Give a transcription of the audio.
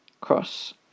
cross